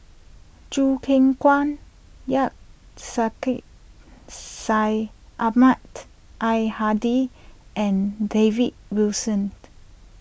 Choo Keng Kwang Syed Sheikh Syed Ahmad Al Hadi and David Wilson